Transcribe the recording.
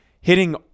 hitting